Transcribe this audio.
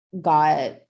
got